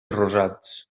rosats